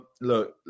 Look